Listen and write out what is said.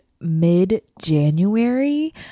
mid-January